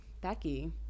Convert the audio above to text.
becky